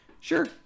Sure